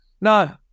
No